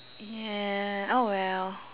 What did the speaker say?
yeah oh well